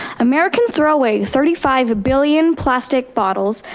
americans throw away thirty five billion plastic bottles,